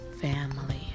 family